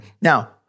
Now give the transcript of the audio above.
Now